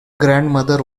grandmother